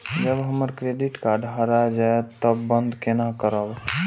जब हमर credit card हरा जयते तब बंद केना करब?